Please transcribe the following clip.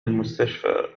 المستشفى